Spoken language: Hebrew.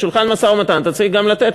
בשולחן משא-ומתן אתה צריך גם לתת,